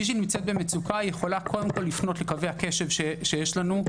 מי ששנמצאת במצוקה יכולה קודם כל לפנות לקווי הקשב שיש לנו,